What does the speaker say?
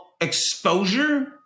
exposure